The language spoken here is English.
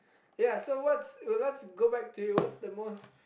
ya so what's let's go back to you what's the most